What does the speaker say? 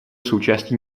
součástí